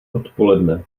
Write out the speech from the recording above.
odpoledne